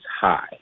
high